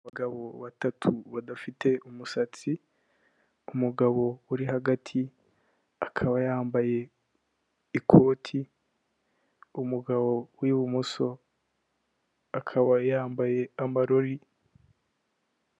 Abagabo batatu badafite umusatsi. Umugabo uri hagati akaba yambaye ikoti, umugabo w'ibumoso akaba yambaye amarori.